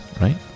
right